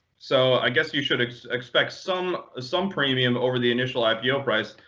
so i guess you should expect some some premium over the initial ipo price.